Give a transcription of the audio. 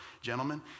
Gentlemen